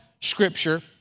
scripture